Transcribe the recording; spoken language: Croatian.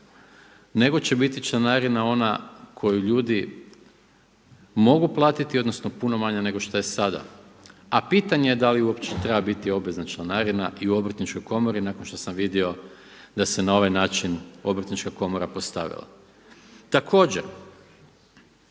nego će biti članarina ona koji ljudi mogu platiti odnosno puno manja nego šta je sada. A pitanje da li uopće treba biti obvezna članarina i u Obrtničkoj komori nakon što sam vidio da se na ovaj način Obrtnička komora postavila. Također